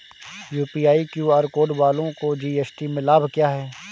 UPI QR code वालों को GST में लाभ क्या है?